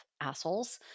assholes